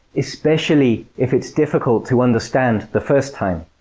especially if it's difficult to understand the first time.